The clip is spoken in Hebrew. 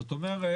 זאת אומרת,